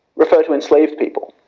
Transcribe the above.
refer to enslaved people.